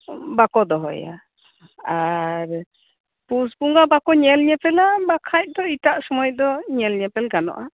ᱵᱟᱠᱚ ᱫᱚᱦᱚᱭᱟ ᱟᱨ ᱯᱩᱥ ᱵᱚᱸᱜᱟ ᱵᱟᱠᱚ ᱧᱮᱞ ᱧᱮᱯᱮᱞᱟ ᱵᱟᱠᱷᱟᱡ ᱫᱚ ᱮᱴᱟᱜ ᱥᱩᱢᱚᱭ ᱫᱚ ᱧᱮᱞ ᱧᱮᱯᱮᱞ ᱜᱟᱱᱚᱜᱼᱟ